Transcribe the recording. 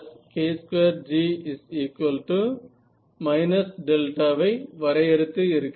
நான் 2G k2G ஐ வரையறுத்து இருக்கிறேன்